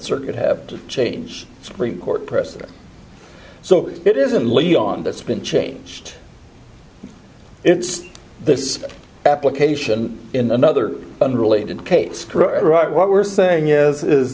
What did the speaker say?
circuit have to change supreme court precedent so it isn't leon that's been changed it's this application in another unrelated case right what we're saying is is